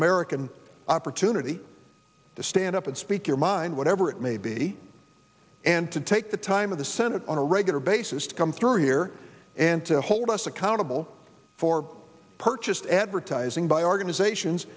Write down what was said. american opportunity to stand up and speak your mind whatever it may be and to take the time of the senate on a regular basis to come through here and to hold us accountable for purchased advertising by organizations